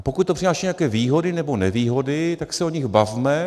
A pokud to přináší nějaké výhody, nebo nevýhody, tak se o nich bavme.